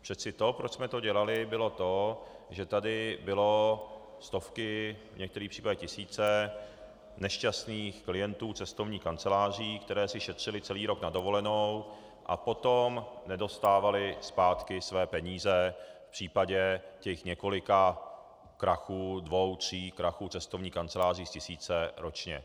Přece to, proč jsme to dělali, bylo to, že tu byly stovky, v některých případech tisíce nešťastných klientů cestovních kanceláří, které si šetřily celý rok na dovolenou a potom nedostávaly zpátky své peníze v případě těch několika krachů, dvou tří krachů cestovních kanceláří z tisíce ročně.